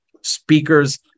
speakers